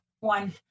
one